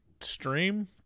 stream